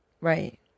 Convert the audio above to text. Right